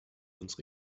unsere